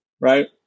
right